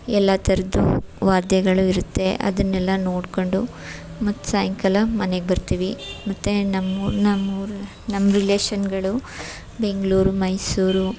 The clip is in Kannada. ಎಲ್ಲಾ ಥರದ್ದು ವಾದ್ಯಗಳು ಇರುತ್ತೆ ಅದನ್ನೆಲ್ಲ ನೋಡಿಕೊಂಡು ಮತ್ತೆ ಸಾಯಂಕಾಲ ಮನೆಗೆ ಬರ್ತೀವಿ ಮತ್ತೆ ನಮ್ಮೂರಿನ ನಮ್ಮೂರು ನಮ್ಮ ರಿಲೇಷನ್ಗಳು ಬೆಂಗಳೂರು ಮೈಸೂರು